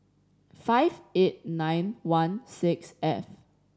five eight nine one six F